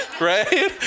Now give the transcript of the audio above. right